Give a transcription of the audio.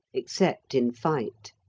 except in fight.